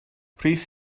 rhys